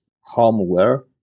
homeware